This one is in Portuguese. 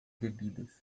bebidas